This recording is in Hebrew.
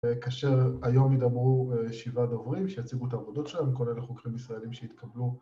‫כאשר היום ידברו שבעה דוברים ‫שיציגו את העבודות שלהם, ‫כולל החוקרים הישראלים שהתקבלו.